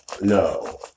no